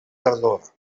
tardor